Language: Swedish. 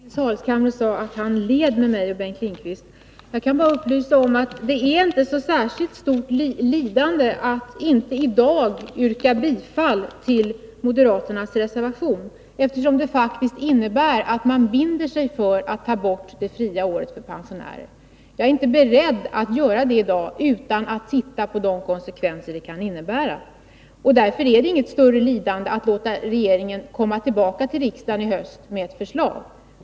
Fru talman! Nils Carlshamre sade att han led med mig och Bengt Lindqvist. Jag kan bara upplysa om att det inte är ett så särskilt stort lidande att inte i dag yrka bifall till moderaternas reservation, eftersom den faktiskt innebär att man binder sig för att ta bort det fria året för pensionärer. Jag är inte beredd att göra det i dag utan att se på de konsekvenser det kan innebära. Därför är det alltså inte något större lidande att låta regeringen komma tillbaka till riksdagen i höst med ett förslag.